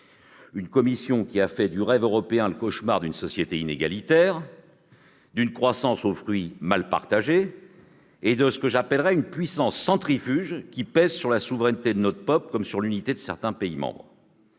même Commission qui a fait du rêve européen le cauchemar d'une société inégalitaire, d'une croissance aux fruits mal partagés, d'une puissance centrifuge qui pèse sur la souveraineté de notre peuple comme sur l'unité de certains de pays membres.